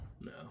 No